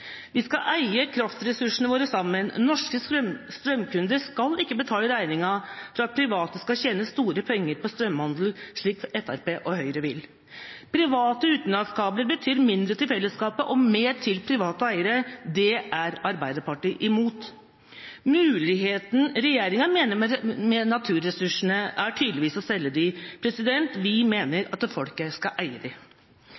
Vi skal eie kraftressursene våre sammen. Norske strømkunder skal ikke betale regninga for at private skal tjene store penger på strømhandel, slik Fremskrittspartiet og Høyre vil. Private utenlandskabler betyr mindre til fellesskapet og mer til private eiere. Det er Arbeiderpartiet imot. Det regjeringa mener med naturressursene, er tydeligvis å selge dem. Vi mener